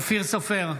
אופיר סופר,